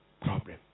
problem